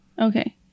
Okay